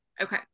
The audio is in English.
Okay